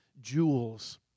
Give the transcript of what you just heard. jewels